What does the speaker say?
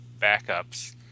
backups